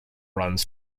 runs